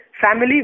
family